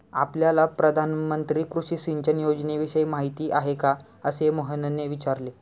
आपल्याला प्रधानमंत्री कृषी सिंचन योजनेविषयी माहिती आहे का? असे मोहनने विचारले